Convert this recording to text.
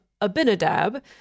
Abinadab